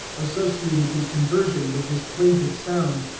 associated his conversion with this plaintive sound.